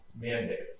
mandates